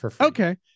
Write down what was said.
Okay